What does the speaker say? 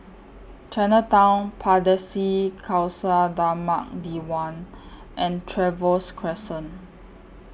Chinatown Pardesi Khalsa Dharmak Diwan and Trevose Crescent